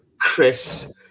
Chris